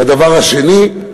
והדבר השני,